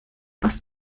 was